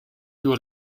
your